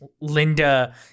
Linda